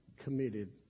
committed